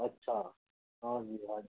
अच्छा हाँ जी हाँ जी